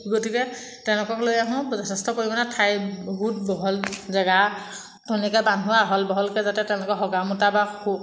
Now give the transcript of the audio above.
গতিকে তেওঁলোকক লৈ আহোঁ যথেষ্ট পৰিমাণে ঠাইবোৰ বহুত বহল জেগা এনেকৈ বান্ধোঁ আহল বহলকৈ যাতে তেওঁলোকে হগা মোতা বা শো